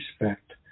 respect